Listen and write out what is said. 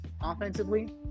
offensively